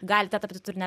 galite tapti turinio